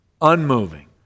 unmoving